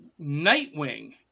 Nightwing